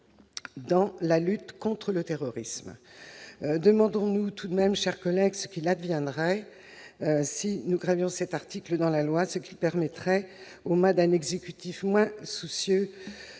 dans la lutte contre le terrorisme. Demandons-nous, chers collègues, ce qu'il adviendrait si nous gravions ces articles dans la loi, ce qu'ils permettraient aux mains d'un exécutif moins soucieux